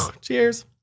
Cheers